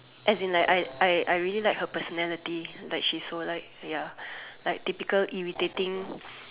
as in like I I I really like her personality like she's so like ya typical irritating